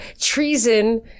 treason